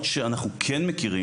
והתלונות שאנחנו מכירים